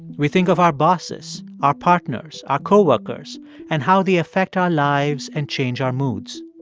we think of our bosses, our partners, our co-workers and how they affect our lives and change our moods.